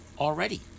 already